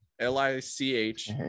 l-i-c-h